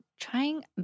Trying